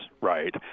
right